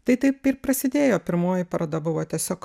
tai taip ir prasidėjo pirmoji paroda buvo tiesiog